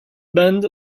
band